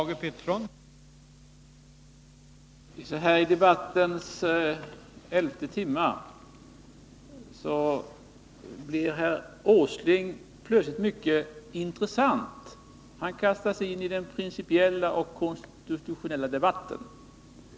Herr talman! Så här i debattens elfte timme blir herr Åsling plötsligt mycket intressant. Han kastar sig in i den principiella och konstitutionella debatten.